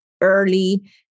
early